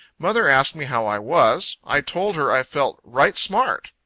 mother asked me how i was. i told her, i felt right smart.